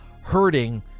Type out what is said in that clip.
hurting